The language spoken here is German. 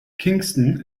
kingston